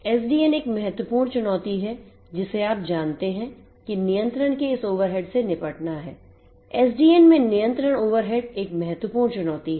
SDN एक महत्वपूर्ण चुनौती है जिसे आप जानते हैं कि नियंत्रण के इस ओवरहेड से निपटना है एसडीएन में नियंत्रण ओवरहेड एक महत्वपूर्ण चुनौती है